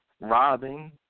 robbing